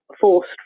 forced